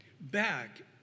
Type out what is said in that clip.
back